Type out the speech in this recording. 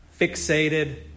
fixated